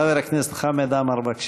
חבר הכנסת חמד עמאר, בבקשה,